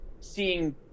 seeing